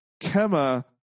Kema